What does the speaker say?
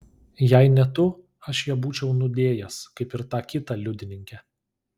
jei ne tu aš ją būčiau nudėjęs kaip ir tą kitą liudininkę